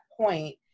point